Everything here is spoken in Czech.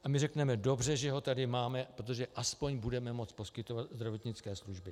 A my řekneme: Dobře že ho tady máme, protože aspoň budeme moci poskytovat zdravotnické služby.